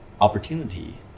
opportunity